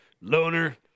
loner